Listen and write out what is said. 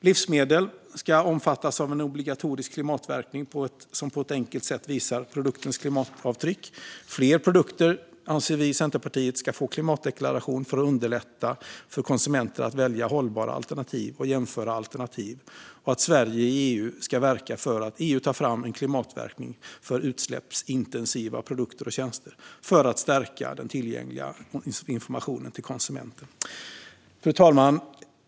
Livsmedel ska omfattas av en obligatorisk klimatmärkning som på ett enkelt sätt visar produktens klimatavtryck. Vi i Centerpartiet anser att fler produkter ska få klimatdeklaration för att underlätta för konsumenter att välja hållbara alternativ och jämföra alternativ. Vi menar att Sverige i EU ska verka för att EU tar fram en klimatmärkning för utsläppsintensiva produkter och tjänster för att stärka den tillgängliga informationen till konsumenten. Fru talman!